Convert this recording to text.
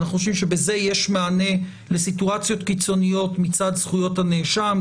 אנחנו חושבים שבזה יש מענה לסיטואציות קיצוניות מצד זכויות הנאשם.